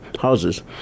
houses